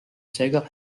seega